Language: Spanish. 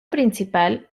principal